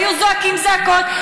היו זועקים זעקות.